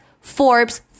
Forbes